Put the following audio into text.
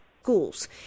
schools